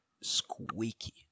squeaky